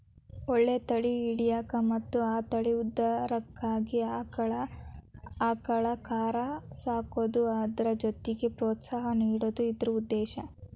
ಒಳ್ಳೆ ತಳಿ ಹಿಡ್ಯಾಕ ಮತ್ತ ಆ ತಳಿ ಉದ್ಧಾರಕ್ಕಾಗಿ ಆಕ್ಳಾ ಆಕಳ ಕರಾ ಸಾಕುದು ಅದ್ರ ಜೊತಿಗೆ ಪ್ರೋತ್ಸಾಹ ನೇಡುದ ಇದ್ರ ಉದ್ದೇಶಾ